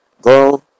Go